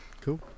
cool